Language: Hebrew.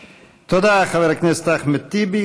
תודה, חבר הכנסת אחמד טיבי.